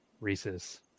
Reese's